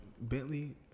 Bentley